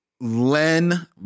Len